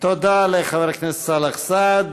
תודה לחבר הכנסת סאלח סעד.